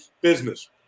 business